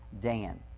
Dan